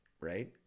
right